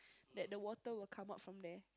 that the water will come out from there